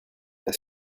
est